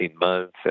months